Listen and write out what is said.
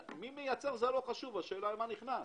השאלה היא לא מי מייצר, השאלה מה נכנס.